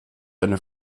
eine